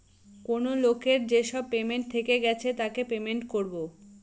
কেনো লোকের যেসব পেমেন্ট থেকে গেছে তাকে পেমেন্ট করবো